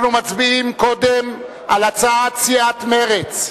אנחנו מצביעים קודם על הצעת סיעת מרצ.